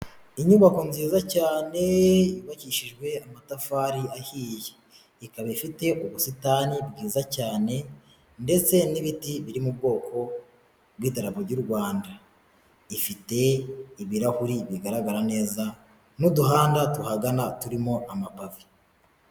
Inyubako nziza cyane y'ubakishijwe amatafari ahiye ikaba ifite ubusitani bwiza cyane ndetse n'ibiti biri mu bwoko bw'indarapo ry'u Rwanda ifite ibirahuri bigaragara neza n'uduhanda tuhagana turimo amababi.